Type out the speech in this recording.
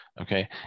Okay